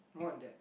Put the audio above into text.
more than that